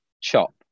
chop